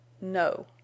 No